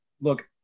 look